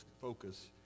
focus